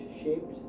shaped